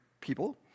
people